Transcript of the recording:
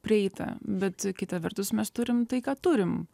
prieita bet kita vertus mes turim tai ką turim